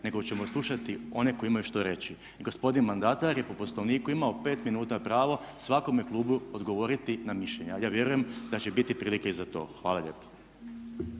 nego ćemo slušati one koji imaju što reći. Gospodin mandatar je po Poslovniku imao pet minuta pravo svakome klubu odgovoriti na mišljenja a ja vjerujem da će biti prilike i za to. Hvala lijepo.